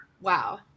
wow